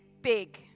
big